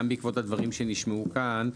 גם בעקבות הדברים שנשמעו כאן,